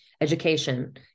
Education